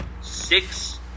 Six